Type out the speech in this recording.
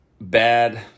bad